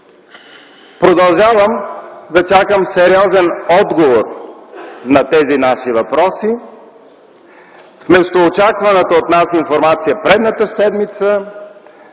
Продължавам да чакам сериозен отговор на тези наши въпроси. Вместо очакваната от нас информация, предната седмица